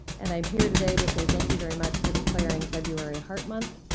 and i'm here today to say thank you very much for declaring february heart month.